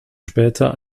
später